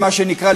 מה שנקרא,